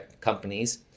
companies